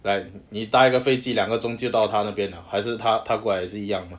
like 你搭一个飞机两个钟就到他那边了还是他他过来也是一样 mah